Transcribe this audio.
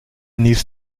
needs